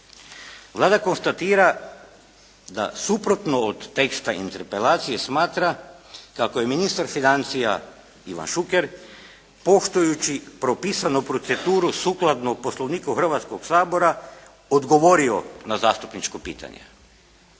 Vlada konstatira da suprotno od teksta interpelacije smatra kako je ministar financija Ivan Šuker poštujući propisanu proceduru sukladno Poslovniku Hrvatskoga sabora odgovorio na zastupničko pitanje.